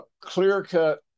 clear-cut